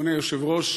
אדוני היושב-ראש,